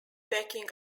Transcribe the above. backing